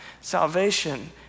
salvation